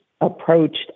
approached